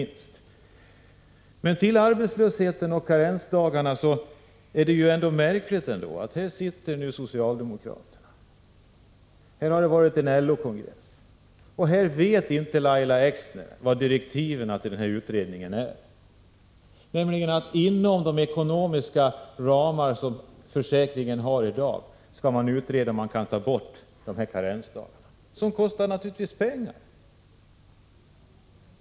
När det gäller arbetslösheten och karensdagarna vill jag säga att det ändå är märkligt att Lahja Exner -— här sitter ju socialdemokrater och dessutom har det varit LO-kongress — inte känner till direktiven till utredningen, nämligen att man inom de ekonomiska ramarna som i dag gäller för försäkringen skall utreda om man kan ta bort karensdagarna, som naturligtvis kostar pengar.